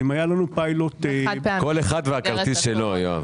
יואב, כל אחד והכרטיס שלו...